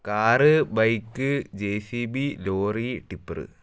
car bike JCB lorry dipper